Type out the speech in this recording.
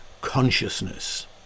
consciousness